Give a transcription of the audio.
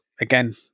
again